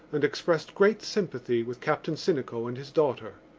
and expressed great sympathy with captain sinico and his daughter.